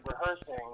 rehearsing